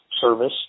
Service